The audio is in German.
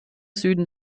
süden